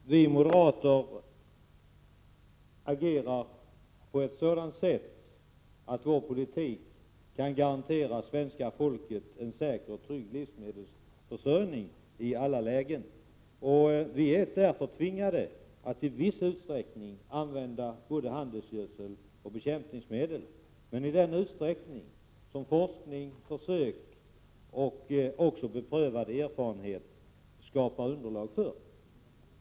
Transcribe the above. Herr talman! Vi moderater agerar på sådant sätt att vår politik kan garantera svenska folket en säker och trygg livsmedelsförsörjning i alla lägen. Vi är därför tvingade att i viss utsträckning använda både handelsgödsel och bekämpningsmedel — men i den utsträckning som forskning, försök och även beprövad erfarenhet skapar underlag för.